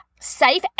safe